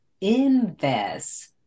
invest